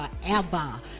forever